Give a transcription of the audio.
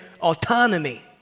autonomy